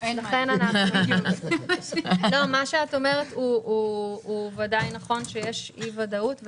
מה שאת אומרת הוא בוודאי נכון, שיש אי-ודאות.